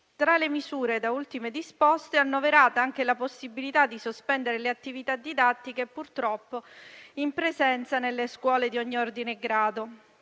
Tra le misure da ultime disposte è purtroppo annoverata anche la possibilità di sospendere le attività didattiche in presenza nelle scuole di ogni ordine e grado.